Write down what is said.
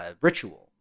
ritual